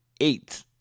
eight